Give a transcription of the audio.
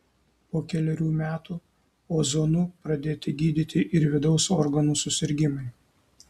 po kelerių metų ozonu pradėti gydyti ir vidaus organų susirgimai